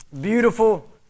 Beautiful